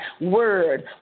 word